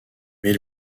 mais